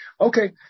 Okay